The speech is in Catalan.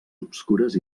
obscures